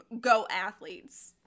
go-athletes